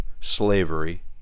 slavery